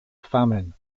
famine